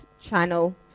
channel